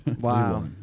Wow